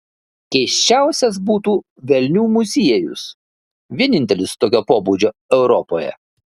keisčiausias būtų velnių muziejus vienintelis tokio pobūdžio europoje